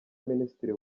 minisitiri